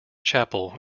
chapel